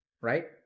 right